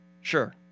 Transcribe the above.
Sure